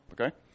Okay